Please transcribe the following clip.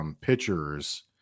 pitchers